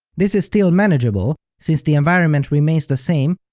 this is still manageable, since the environment remains the same,